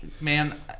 man